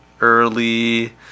early